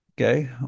Okay